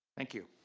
thank you.